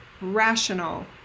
rational